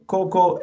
Coco